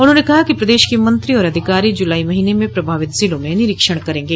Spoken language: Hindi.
उन्होंने कहा कि प्रदेश के मंत्री और अधिकारी जुलाई महीने में प्रभावित जिलों में निरीक्षण करेंगे